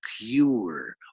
cure